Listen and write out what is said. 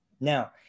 Now